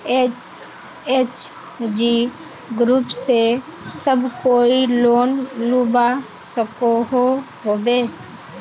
SHG group से सब कोई लोन लुबा सकोहो होबे?